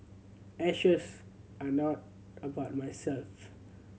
ashes are not about myself